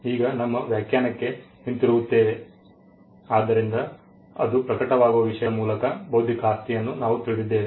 ಈಗ ನಮ್ಮ ವ್ಯಾಖ್ಯಾನಕ್ಕೆ ಹಿಂತಿರುಗುತ್ತೇವೆ ಆದ್ದರಿಂದ ಅದು ಪ್ರಕಟವಾಗುವ ವಿಷಯದ ಮೂಲಕ ಬೌದ್ಧಿಕ ಆಸ್ತಿಯನ್ನು ನಾವು ತಿಳಿದಿದ್ದೇವೆ